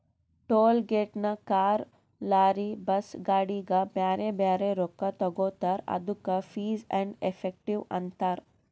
toll ಗೇಟ್ನಾಗ್ car, lorry, bus, ಗಾಡಿಗ ಬ್ಯಾರೆ ಬ್ಯಾರೆ ರೊಕ್ಕಾ ತಗೋತಾರ್ ಅದ್ದುಕ ಫೀಸ್ ಆ್ಯಂಡ್ ಎಫೆಕ್ಟಿವ್ ಅಂತಾರ್